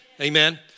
Amen